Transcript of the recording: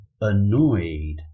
annoyed